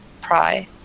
pry